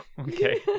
Okay